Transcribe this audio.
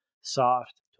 soft